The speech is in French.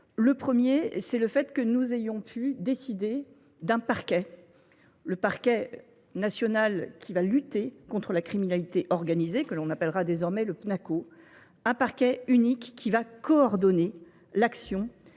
Le premier, c'est le fait que nous ayons pu décider d'un parquet. le parquet national qui va lutter contre la criminalité organisée, que l'on appellera désormais le PNACO, un parquet unique qui va coordonner l'action